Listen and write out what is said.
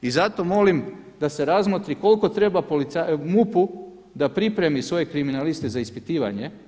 I zato molim da se razmotri koliko treba MUP-u da pripremi svoje kriminaliste za ispitivanje.